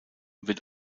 wird